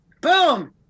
Boom